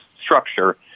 structure